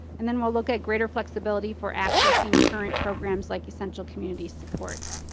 and then we'll look at greater flexibility for accessing current programs like essential community supports.